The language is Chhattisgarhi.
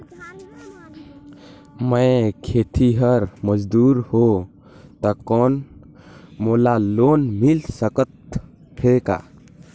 मैं खेतिहर मजदूर हों ता कौन मोला लोन मिल सकत हे का?